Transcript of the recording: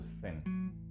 sin